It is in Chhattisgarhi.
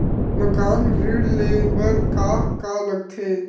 मकान ऋण ले बर का का लगथे?